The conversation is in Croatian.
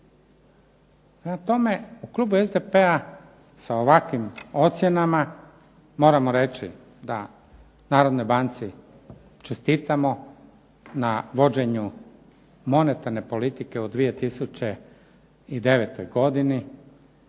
tome, u klubu SDP-a sa ovakvim ocjenama moramo reći da Narodnoj banci čestitamo na vođenju monetarne politike u 2009. godini.